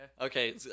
Okay